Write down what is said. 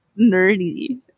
nerdy